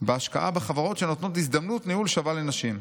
בהשקעה בחברות שנותנות הזדמנות ניהול שווה לנשים.